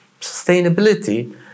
Sustainability